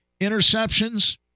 Interceptions